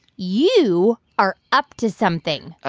you are up to something.